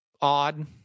odd